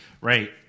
Right